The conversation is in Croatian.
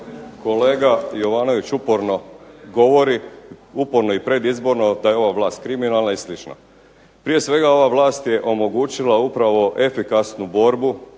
kolega Jovanović uporno govori, uporno i predizborno da je ova vlast kriminalna i slično. Prije svega ova vlast je omogućila upravo efikasnu borbu